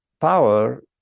power